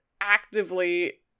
actively